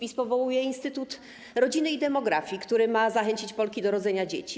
PiS powołuje instytut rodziny i demografii, który ma zachęcić Polki do rodzenia dzieci.